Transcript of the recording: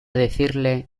decirle